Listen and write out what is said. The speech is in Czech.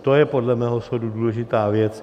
To je podle mého soudu důležitá věc.